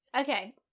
Okay